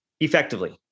Effectively